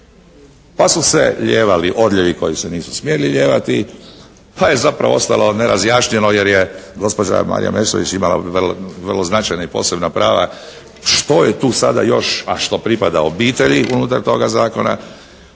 Pa su se lijevali odljevi koji se nisu smjeli lijevati, pa je zapravo ostalo nerazjašnjeno jer je gospođa Marija Meštrović imala vrlo značajna i posebna prava što je tu sada još a što pripada obitelji unutar toga zakona,